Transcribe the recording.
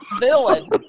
villain